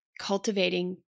cultivating